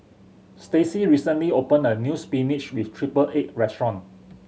Stacey recently opened a new spinach with triple egg restaurant